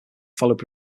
followed